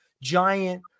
giant